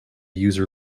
user